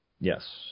Yes